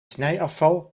snijafval